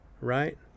right